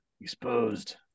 exposed